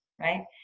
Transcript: right